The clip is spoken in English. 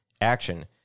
Action